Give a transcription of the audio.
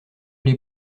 les